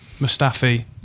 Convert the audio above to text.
Mustafi